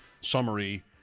summary